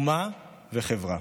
לאומה ולחברה.